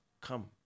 come